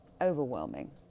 overwhelming